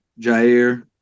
Jair